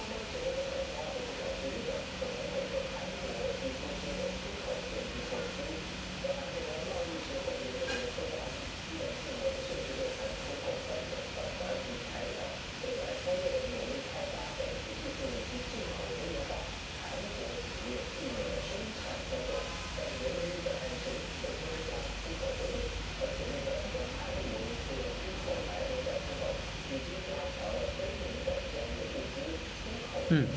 mm